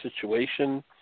situation –